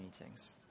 meetings